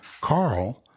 Carl